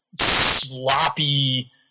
sloppy